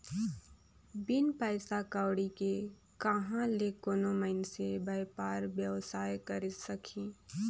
बिन पइसा कउड़ी के कहां ले कोनो मइनसे बयपार बेवसाय करे सकही